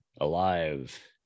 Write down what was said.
alive